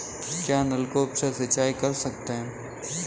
क्या नलकूप से सिंचाई कर सकते हैं?